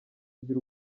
by’u